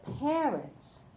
parents